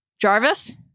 Jarvis